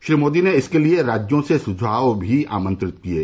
श्री मोदी ने इसके लिये राज्यों से सुझाव भी आमंत्रित किये